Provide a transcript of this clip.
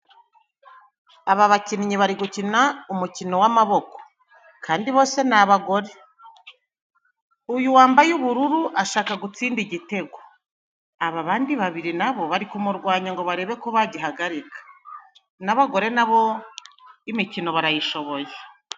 Aba bakinnyi bari gukina umukino w'amaboko. Kandi bose ni abagore. Uyu wambaye ubururu ashaka gutsinda igitego. Aba bandi babiri na bo bari kumurwanya ngo barebe ko bagihagarika. N'abagore na bo, n'imikino barayishoboye.